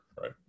right